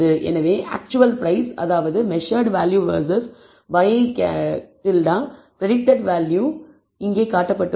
எனவே actual price அதாவது measured value versus ŷi predicted value இங்கே காட்டப்பட்டுள்ளது